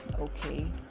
okay